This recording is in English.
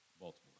Baltimore